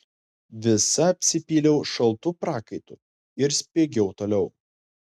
visa apsipyliau šaltu prakaitu ir spiegiau toliau